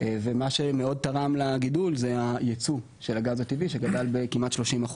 ומה שמאוד תרם לגידול זה הייצוא של הגז הטבעי שגדל בכמעט 30%,